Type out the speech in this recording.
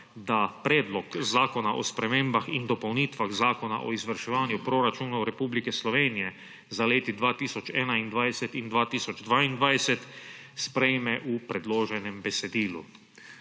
da Predlog zakona o spremembah in dopolnitvah Zakona o izvrševanju proračunov Republike Slovenije za leti 2021 in 2022 sprejme v predloženem besedilu.